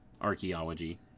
archaeology